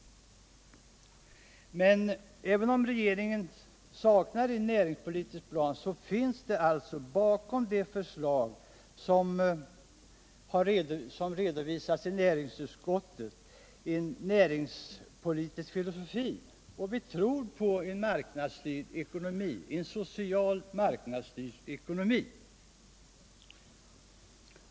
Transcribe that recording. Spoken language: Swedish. Men även om regeringen saknar en näringspolitisk plan så finns det bakom det förslag som redovisas i näringsutskottets betänkande en näringspolitisk filosofi. Vi tror på en social marknadsstyrd ekonomi.